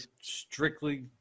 strictly